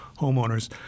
homeowners